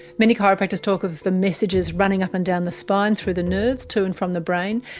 many chiropractors talk of the messages running up and down the spine through the nerves to and from the brain,